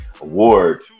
award